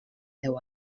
deu